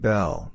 Bell